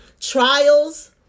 Trials